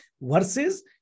versus